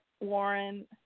Warren